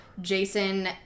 Jason